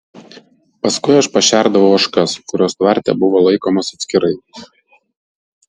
paskui aš pašerdavau ožkas kurios tvarte buvo laikomos atskirai